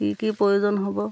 কি কি প্ৰয়োজন হ'ব